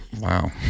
Wow